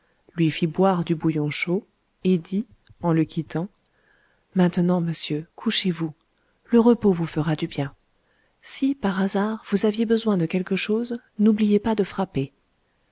lui fit boire du bouillon chaud et dit en le quittant maintenant monsieur couchez-vous le repos vous fera du bien si par hasard vous aviez besoin de quelque chose n'oubliez pas de frapper